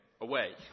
away